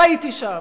והייתי שם.